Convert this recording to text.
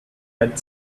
had